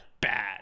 bad